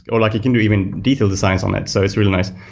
or like you can do even detailed designs on it. so it's really nice.